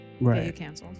Right